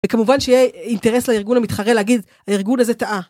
וכמובן שיהיה אינטרס לארגון המתחרה להגיד, הארגון הזה טעה.